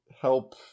help